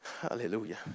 Hallelujah